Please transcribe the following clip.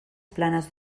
planes